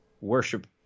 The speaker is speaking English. worship